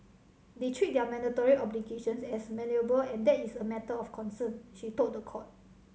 they treat their mandatory obligations as malleable and that is a matter of concern she told the court